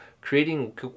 creating